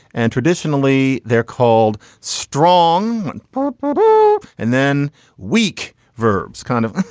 and traditionally they're called strong and but but and then weak verbs, kind of